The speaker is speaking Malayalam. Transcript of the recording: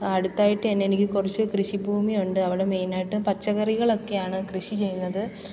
അടുത്തായിട്ട് തന്നെ എനിക്ക് കുറച്ച് കൃഷിഭൂമി ഉണ്ട് അവിടെ മെയ്ൻ ആയിട്ടും പച്ചക്കറികൾ ഒക്കെയാണ് കൃഷി ചെയ്യുന്നത്